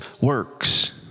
works